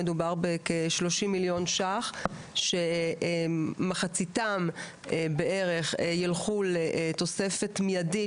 מדובר בכ-30 מיליון ₪ שמחציתם בערך ילכו לתוספת מיידית